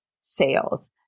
sales